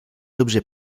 objets